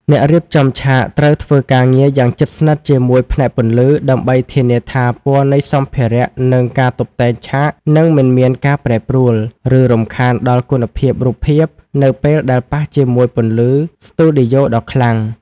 អ្នករៀបចំឆាកត្រូវធ្វើការងារយ៉ាងជិតស្និទ្ធជាមួយផ្នែកពន្លឺ ដើម្បីធានាថាពណ៌នៃសម្ភារៈ និងការតុបតែងឆាកនឹងមិនមានការប្រែប្រួល ឬរំខានដល់គុណភាពរូបភាពនៅពេលដែលប៉ះជាមួយពន្លឺស្ទូឌីយ៉ូដ៏ខ្លាំង។